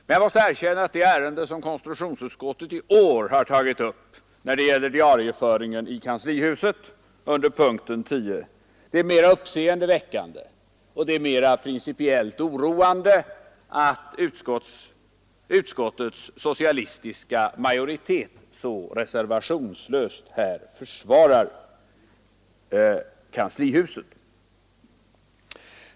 Men jag måste erkänna att det ärende som konstitutionsutskottet i år tagit upp när det gäller diarieföringen i kanslihuset under punkten 10 är mera uppseendeväckande, och det är principiellt mera oroande att utskottets socialistiska majoritet nu så reservationslöst i detta avseende försvarar kanslihuset.